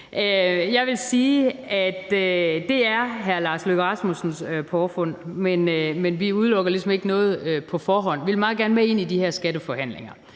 jeg sige, at det er hr. Lars Løkke Rasmussens påfund, men vi udelukker ligesom ikke noget på forhånd. Vi vil meget gerne med ind i de her skatteforhandlinger,